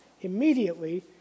immediately